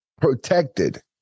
protected